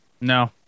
No